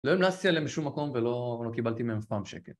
לא אמנסי עליהם בשום מקום ולא קיבלתי מהם פעם שקט